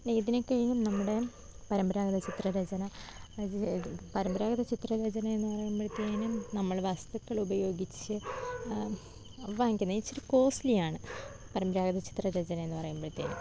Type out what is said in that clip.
ഇതിനെ കഴിഞ്ഞും നമ്മുടെ പരമ്പരാഗത ചിത്രരചന പരമ്പരാഗത ചിത്രരചന എന്ന് പറയുമ്പഴത്തേനും നമ്മൾ വസ്തുക്കളുപയോഗിച്ച് വാങ്ങിക്കുന്ന ഇച്ചിരി കോസ്റ്റിലിയാണ് പരമ്പരാഗത ചിത്രരചന എന്ന് പറയുമ്പോഴത്തേനും